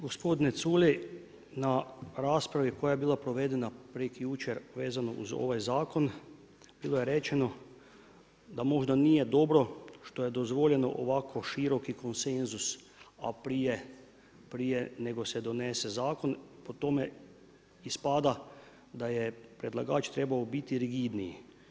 Gospodine Culej, na raspravi koje je bila provedena prekjučer vezano uz ovaj zakon, bilo je rečeno da možda nije dobro što je dozvoljeno ovako široki konsenzus a prije nego se donese zakon, po tome ispada da je predlagača trebao biti rigidniji.